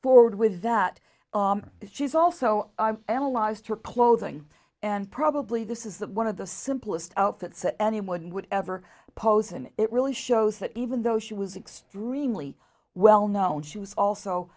forward with that she's also analyzed her clothing and probably this is the one of the simplest outfits that anyone would ever pose and it really shows that even though she was extremely well known she was also